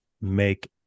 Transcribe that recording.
make